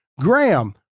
Graham